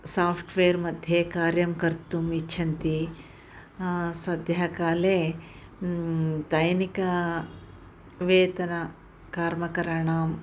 software मध्ये कार्यं कर्तुम् इच्छन्ति सद्यः काले दैनिकवेतनस्य कर्मकराणां